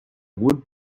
wood